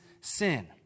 sin